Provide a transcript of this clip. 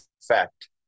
effect